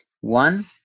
One